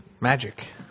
magic